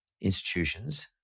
institutions